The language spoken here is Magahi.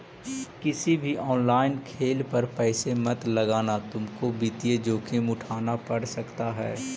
किसी भी ऑनलाइन खेल पर पैसे मत लगाना तुमको वित्तीय जोखिम उठान पड़ सकता है